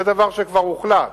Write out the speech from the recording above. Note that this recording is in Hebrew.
זה דבר שכבר הוחלט,